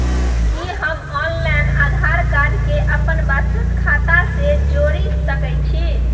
कि हम online Aadhaar card के अपन बचत खाता से जोरि सकै छी?